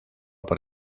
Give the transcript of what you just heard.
por